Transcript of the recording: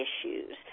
issues